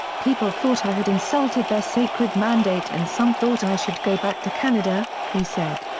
people thought i had insulted their sacred mandate and some thought i should go back to canada, he said.